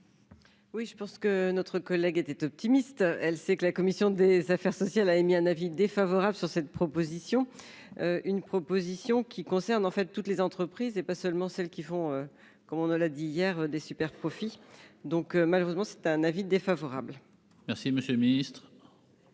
Oui, je pense que notre collègue était optimiste, elle sait que la commission des affaires sociales a émis un avis défavorable sur cette proposition, une proposition qui concerne en fait toutes les entreprises, et pas seulement celles qui font comme on ne l'a dit hier des super profits donc malheureusement c'est un avis défavorable. Merci, monsieur le Ministre.